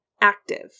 Active